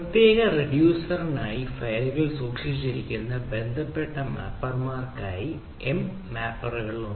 പ്രത്യേക റിഡ്യൂസറിനായി ഫയലുകൾ സൂക്ഷിച്ചിരിക്കുന്ന ബന്ധപ്പെട്ട മാപ്പർമാർക്കായി എം മാപ്പറുകൾ ഉണ്ട്